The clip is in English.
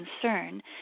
concern